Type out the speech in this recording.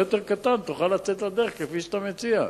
תוכל לצאת לדרך כפי שאתה מציע.